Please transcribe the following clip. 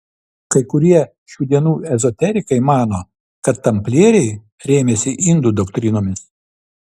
kai kurie šių dienų ezoterikai mano kad tamplieriai rėmėsi indų doktrinomis